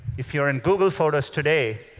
if you're in google photos today,